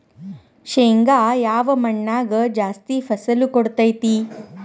ಶೇಂಗಾ ಯಾವ ಮಣ್ಣಾಗ ಜಾಸ್ತಿ ಫಸಲು ಕೊಡುತೈತಿ?